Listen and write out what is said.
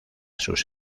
sus